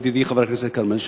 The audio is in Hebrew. ידידי חבר הכנסת כרמל שאמה.